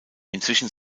inzwischen